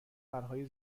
پرهای